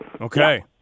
Okay